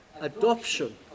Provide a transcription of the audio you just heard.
adoption